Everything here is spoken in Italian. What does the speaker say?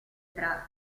tra